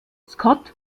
scott